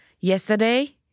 yesterday